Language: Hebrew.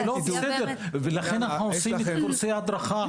לכן אנחנו עושים קורסי הדרכה,